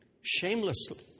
Shamelessly